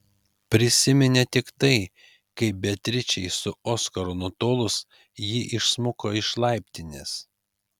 prisiminė tik tai kaip beatričei su oskaru nutolus ji išsmuko iš laiptinės